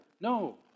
No